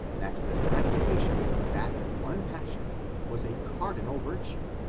that the gratificar tion of that one passion was a cardinal virtue,